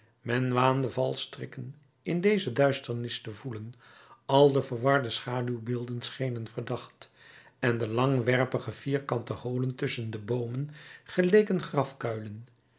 men waande valstrikken in deze duisternis te voelen al de verwarde schaduwbeelden schenen verdacht en de langwerpige vierkante holen tusschen de boomen geleken grafkuilen